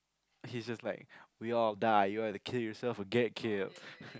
he's just like we all die you either kill yourself or get killed